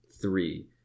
three